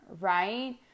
right